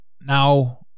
now